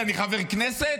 אני חבר כנסת?